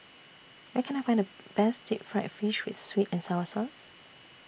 Where Can I Find The Best Deep Fried Fish with Sweet and Sour Sauce